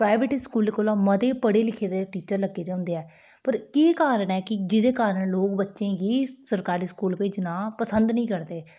private स्कूलै कोला मते पढ़े लिखे दे टीचर लग्गे दे होंदे ऐ पर केह् कारण ऐ कि जेह्दे कारण लोक बच्चें गी सरकारी स्कूल भेजना पसंद निं करदे